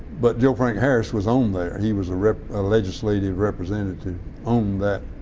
but joe frank harris was on there. he was a legislative representative on that